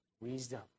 wisdom